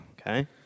Okay